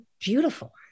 beautiful